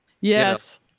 Yes